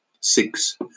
Six